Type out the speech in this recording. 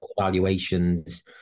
valuations